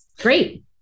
Great